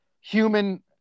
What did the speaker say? human